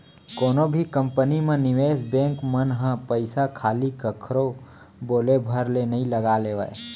कोनो भी कंपनी म निवेस बेंक मन ह पइसा खाली कखरो बोले भर ले नइ लगा लेवय